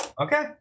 Okay